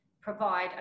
provide